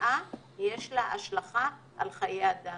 תוצאה יש השלכה על חיי אדם.